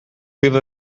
have